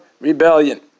rebellion